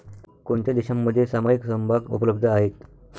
कोणत्या देशांमध्ये सामायिक समभाग उपलब्ध आहेत?